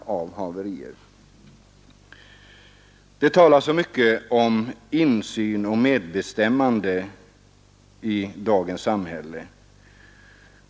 Det talas så mycket om insyn och medbestämmande i dagens samhälle.